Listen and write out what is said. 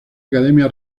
academia